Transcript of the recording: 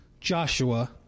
Joshua